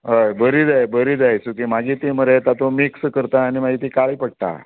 हय बरी जाय बरी जाय सुकी मागीर ती मरे तातूंत मिक्स करता आनी मागीर ती काळीं पडटा